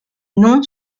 nom